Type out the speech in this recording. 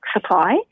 supply